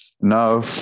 No